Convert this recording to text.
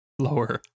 Lower